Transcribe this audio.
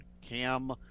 Cam